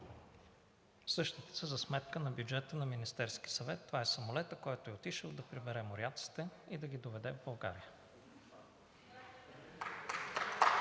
Същите са за сметка на бюджета на Министерския съвет. Това е самолетът, който е отишъл да прибере моряците и да ги доведе в България.